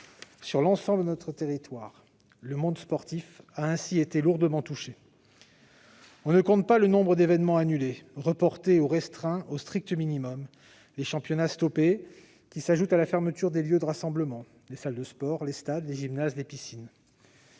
sur l'ensemble de notre territoire. Le monde sportif a ainsi été lourdement touché. On ne compte plus le nombre d'événements annulés, reportés ou restreints au strict minimum, les championnats stoppés, qui s'ajoutent à la fermeture des lieux de rassemblement : les salles de sport, les stades, les gymnases, les piscines.